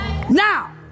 Now